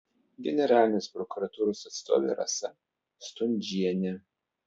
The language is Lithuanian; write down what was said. generalinės prokuratūros atstovė rasa stundžienė